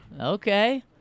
Okay